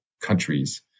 countries